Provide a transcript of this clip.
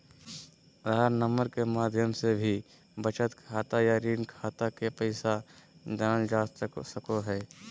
आधार number के माध्यम से भी बचत खाता या ऋण खाता के पैसा जानल जा सको हय